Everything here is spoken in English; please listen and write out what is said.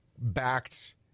backed